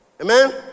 Amen